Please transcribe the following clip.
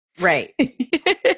Right